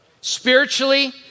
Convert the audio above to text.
Spiritually